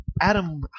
Adam